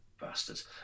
bastards